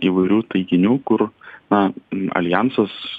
įvairių taikinių kur na aljansas